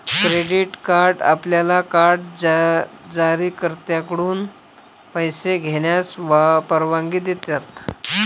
credit card आपल्याला card जारीकर्त्याकडून पैसे घेण्यास परवानगी देतात